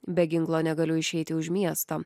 be ginklo negaliu išeiti už miesto